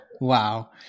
Wow